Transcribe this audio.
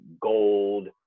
gold